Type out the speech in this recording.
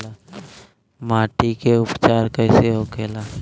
माटी के उपचार कैसे होखे ला?